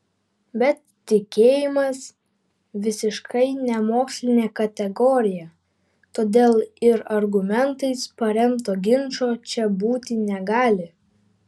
bet tikėjimas visiškai nemokslinė kategorija todėl ir argumentais paremto ginčo čia būti negali